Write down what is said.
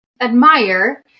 admire